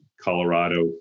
Colorado